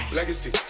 Legacy